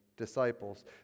disciples